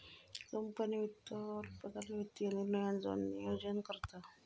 company वित्त अल्पकालीन वित्तीय निर्णयांचा नोयोजन करता